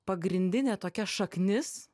pagrindinė tokia šaknis